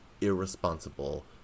irresponsible